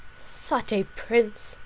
such a prince!